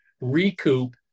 recoup